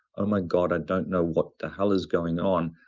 oh my god, i don't know what the hell is going on.